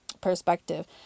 perspective